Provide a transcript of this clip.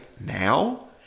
now